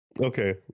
okay